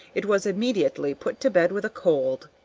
it was immediately put to bed with a cold.